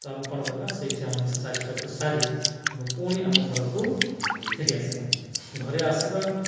ତ ଆମେ କ'ଣ କରିବା ସେଇଠି ଆମ ଏକ୍ସସାଇଜଟାକୁ ସାରି ଆମ ପୁଣି ଆମ ଘରକୁ ଫେରି ଆସିବା ଘରେ ଆସିବା